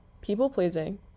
people-pleasing